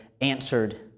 answered